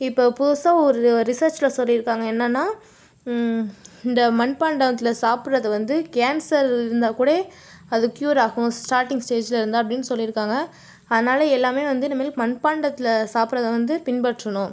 இப்போது புதுசாக ஒரு ரிசெர்ச்சில் சொல்லியிருக்காங்க என்னனால் இந்த மண்பாண்டத்தில் சாப்பிடுறது வந்து கேன்சர் இருந்தால் கூட அது கியூர் ஆகும் ஸ்டார்ட்டிங் ஸ்டேஜில் இருந்தால் அப்படினு சொல்லியிருக்காங்க அதனால் எல்லாமே வந்து இனிமேல் மண்பாண்டத்தில் சாப்பிடுறத வந்து பின்பற்றணும்